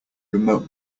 remote